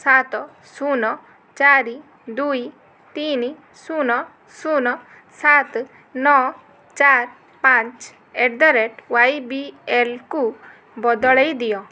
ସାତ ଶୂନ ଚାରି ଦୁଇ ତିନ ଶୂନ ଶୂନ ସାତ ନଅ ଚାରି ପାଞ୍ଚ ଆଟ୍ ଦି ରେଟ୍ ୟୁବିଏଲ୍କୁ ବଦଳାଇ ଦିଅ